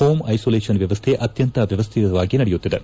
home isolation ವ್ಯವಸ್ಥೆ ಅತ್ಯಂತ ವ್ಯವಸ್ಥಿತವಾಗಿ ನಡೆಯುತ್ತಿದೆ